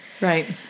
Right